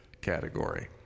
category